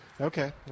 Okay